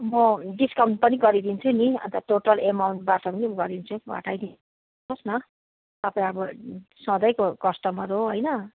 म डिस्काउन्ट पनि गरिदिन्छु नि अन्त टोटल एमाउन्टबाट पनि गरिदिन्छु घटाइदिनु होस् न तपाईँ अब सधैँको कस्टमर हो होइन